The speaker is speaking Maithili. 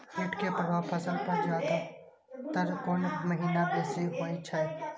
कीट के प्रभाव फसल पर ज्यादा तर कोन महीना बेसी होई छै?